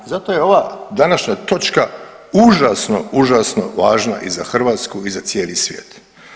I zato je ova današnja točka užasno, užasno važna i za Hrvatsku i za cijeli svijet.